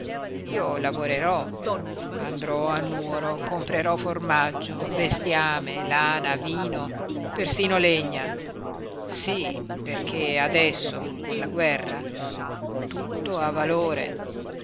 io lavorerò andrò a nuoro comprerò formaggio bestiame lana vino persino legna sí perché adesso con la guerra tutto ha valore